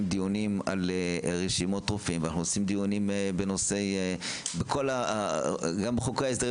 דיונים על רשימות רופאים ובחוק ההסדרים